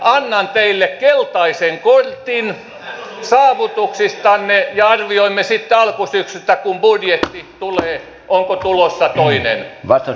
annan teille keltaisen kortin saavutuksistanne ja arvioimme sitten alkusyksystä kun budjetti tulee onko tulossa toinen